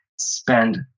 spend